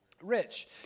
rich